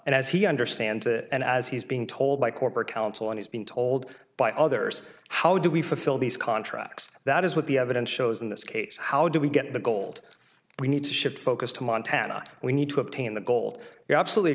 and as he understand it and as he's being told by corporate counsel and he's been told by others how do we fulfill these contracts that is what the evidence shows in this case how do we get the gold we need to shift focus to montana we need to obtain the gold you're absolutely